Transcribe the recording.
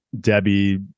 Debbie